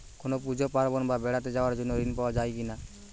কোনো পুজো পার্বণ বা বেড়াতে যাওয়ার জন্য ঋণ পাওয়া যায় কিনা?